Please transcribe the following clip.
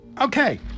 Okay